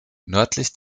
nördlich